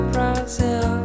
Brazil